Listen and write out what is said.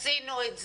עשינו את זה.